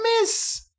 miss